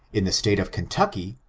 in the state of ken tucky,